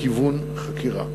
כיוון חקירה,